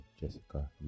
Jessica